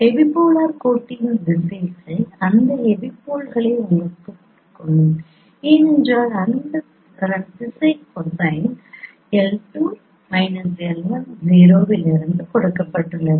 epipolar கோட்டின் திசைகள் அந்த எபிபோல்களை உங்களுக்குக் கொடுக்கும் ஏனென்றால் அதன் திசை கொசைன் l2 l1 0 இலிருந்து கொடுக்கப்பட்டுள்ளது